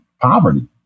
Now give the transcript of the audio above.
poverty